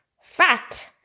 Fat